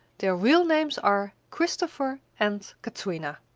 their real names are christopher and katrina.